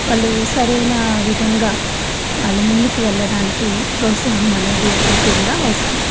వాళ్ళు సరైన విధంగా వాళ్ళు ముందుకు వెళ్ళడానికి ప్రోత్సాహం అనేది ఎప్పటికీ కూడా అవసరం